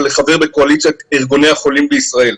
לחבר בקואליציית ארגוני החולים בישראל.